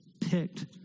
picked